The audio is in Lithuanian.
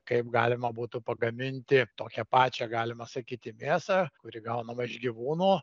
kaip galima būtų pagaminti tokią pačią galima sakyti mėsą kuri gaunama iš gyvūno